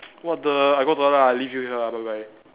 what the I go toilet lah I leave you here ah bye bye